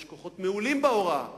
יש כוחות מעולים בהוראה,